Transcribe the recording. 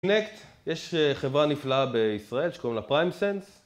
קינקט, יש חברה נפלאה בישראל שקוראים לה פריימסנס